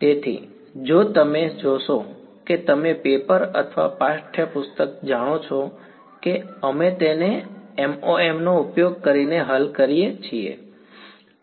તેથી જો તમે જોશો કે તમે પેપર અથવા પાઠ્યપુસ્તક જાણો છો કે અમે તેને MoM નો ઉપયોગ કરીને હલ કરીએ છીએ